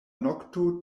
nokto